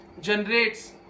generates